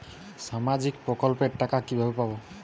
সামাজিক প্রকল্পের টাকা কিভাবে পাব?